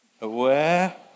Aware